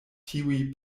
tiuj